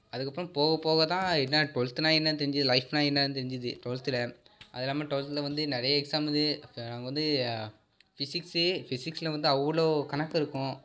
அதுக்கப்புறம் போக போகதான் என்ன டுவெல்த்துன்னால் என்னன்னு தெரிஞ்சுது லைஃப்னால் என்னன்னு தெரிஞ்சுது ட்வெல்த்தில் அது இல்லாமல் டுவெல்த்தில் வந்து நிறைய எக்ஸாம் இது நாங்கள் வந்து ஃபிஸிக்ஸூ ஃபிஸிக்ஸில் வந்து அவ்வளோ கணக்கு இருக்கும்